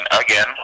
again